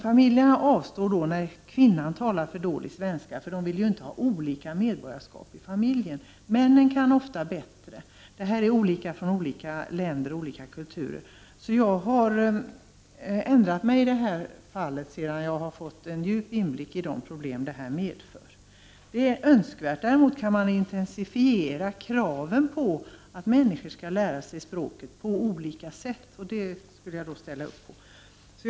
Familjerna avstår när kvinnan talar för dålig svenska, för de vill inte ha olika medborgarskap inom familjen. Jag har alltså ändrat mig i denna fråga sedan jag fått djup inblick i de problem detta medför. Dock är det fortfarande önskvärt att alla lär sig svenska. Man kan på olika sätt intensifiera kraven på att människorna skall lära sig språket, och det kan jag ställa upp på.